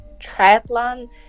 triathlon